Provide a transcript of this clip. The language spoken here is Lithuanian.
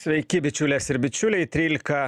sveiki bičiulės ir bičiuliai trylika